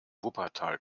wuppertal